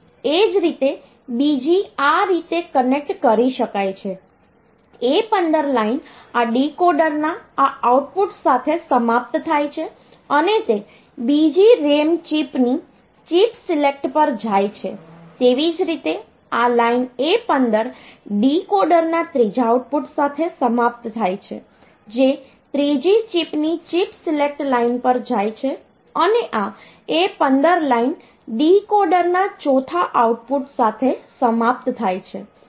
એ જ રીતે બીજી આ રીતે કનેક્ટ કરી શકાય છે A15 લાઇન આ ડીકોડરના આ આઉટપુટ સાથે સમાપ્ત થાય છે અને તે બીજી RAM ચિપની ચિપ સિલેક્ટ પર જાય છે તેવી જ રીતે આ લાઇન A15 ડીકોડરના ત્રીજા આઉટપુટ સાથે સમાપ્ત થાય છે જે ત્રીજી ચિપની ચિપ સિલેક્ટ લાઇન પર જાય છે અને આ A15 લાઇન ડીકોડરના ચોથા આઉટપુટ સાથે સમાપ્ત થાય છે